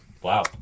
wow